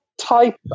type